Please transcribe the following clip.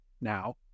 now